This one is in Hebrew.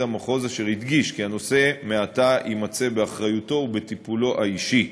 המחוז והדגיש כי הנושא מעתה יימצא באחריותו ובטיפולו האישי.